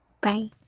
Bye